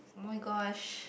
oh my gosh